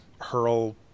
hurl